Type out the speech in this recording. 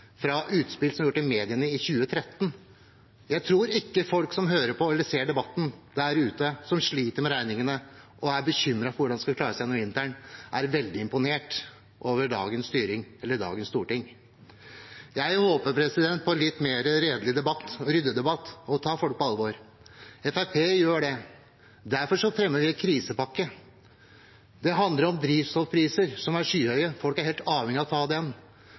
utspill som ble gjort i mediene i 2013. Jeg tror ikke folk som hører på eller ser debatten der ute, som sliter med regningene og er bekymret for hvordan de skal klare seg gjennom vinteren, er veldig imponert over dagens styring eller dagens storting. Jeg håper på en litt mer redelig og ryddig debatt som tar folk på alvor. Fremskrittspartiet gjør det. Derfor fremmer vi en krisepakke. Det handler om drivstoffpriser som er skyhøye. Folk er helt avhengig av